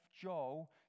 Joel